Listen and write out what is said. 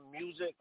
music